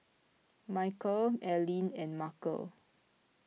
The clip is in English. Michial Aileen and Markel